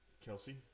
Kelsey